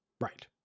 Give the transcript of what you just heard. Right